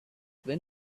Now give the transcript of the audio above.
when